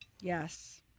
Yes